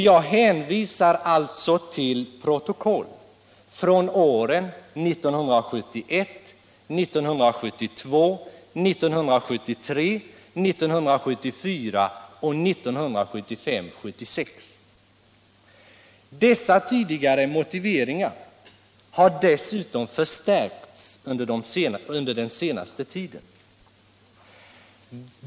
Jag hänvisar alltså till protokoll från åren 1971, 1972, 1973, 1974 och 1975/76. Dessa tidigare anförda motiveringar har dessutom förstärkts under den senaste tiden.